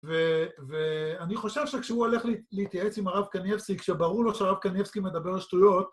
ואני חושב שכשהוא הולך להתייעץ עם הרב קנייבסקי, כשברור לו שהרב קנייבסקי מדבר על שטויות,